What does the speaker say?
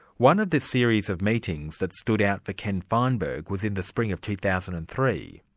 one of the series of meetings that stood out for ken feinberg was in the spring of two thousand and three.